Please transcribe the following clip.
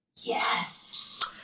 Yes